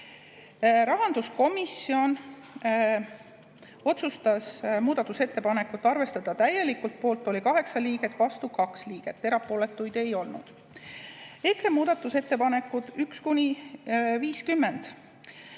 Rahanduskomisjon otsustas muudatusettepanekut arvestada täielikult. Poolt oli 8 liiget, vastu 2 liiget, erapooletuid ei olnud. EKRE muudatusettepanekud nr 1–50.